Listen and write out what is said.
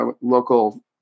local